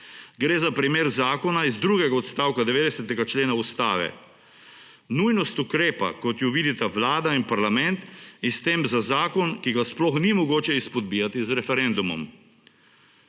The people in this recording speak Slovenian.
2026 za primer zakona iz drugega odstavka 90. člena Ustave, nujnost ukrepa, kot jo vidita Vlada in parlament, in s tem za zakon, ki ga sploh ni mogoče izpodbijati z referendumom.